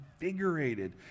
invigorated